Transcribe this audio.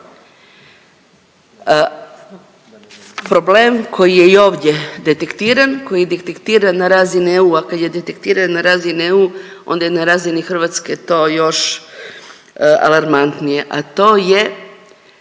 problem koji je i ovdje detektiran, koji je detektiran na razini EU, kad je detektiran na razini EU, onda je na razini Hrvatske to još alarmantnije, a to je